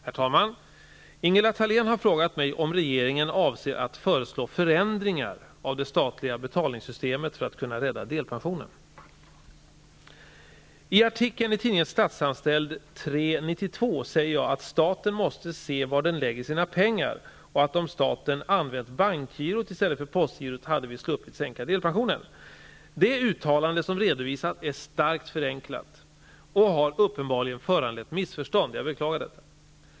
Herr talman! Ingela Thalén har frågat mig om regeringen avser att föreslå förändringar av det statliga betalningssystemet för att kunna rädda delpensionen. I artikeln i tidningen Statsanställd nr 3 år 1992 säger jag att staten måste se var den lägger sina pengar och att om staten använt bankgirot i stället för postgirot hade vi sluppit sänka delpensionen. Det uttalande som redovisas är starkt förenklat och har uppenbarligen föranlett missförstånd. Jag beklagar detta.